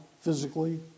physically